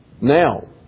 now